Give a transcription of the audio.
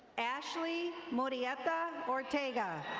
ashley morietta ortega.